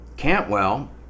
Cantwell